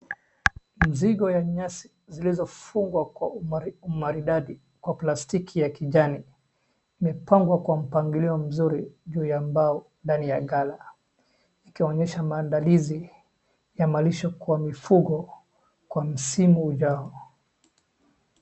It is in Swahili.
Mzigo ya nyasi zilizofungwa kwa umari umaridadi kwa plastiki ya kijani imepangwa kwa mpangilio mzuri juu ya mbao ndani ya ghala. Ikiwaonyesha maandalizi ya malisho kwa mifugo kwa msimu ujao.